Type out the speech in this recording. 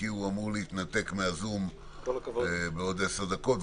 כי הוא אמור להתנתק מהזום בעוד עשר דקות,